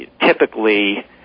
typically